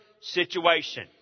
situation